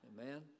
Amen